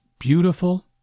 Beautiful